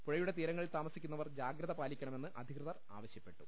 പുഴയുടെ തീരങ്ങളിൽ താമസിക്കു ന്നവർ ജാഗ്രൃത് പാലിക്കണമെന്ന് അധികൃതർ ആവശ്യപ്പെട്ടു